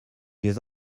les